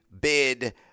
bid